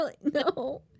No